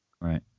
right